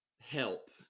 help